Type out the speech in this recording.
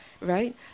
right